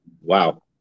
wow